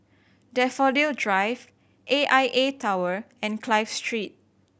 Daffodil Drive A I A Tower and Clive Street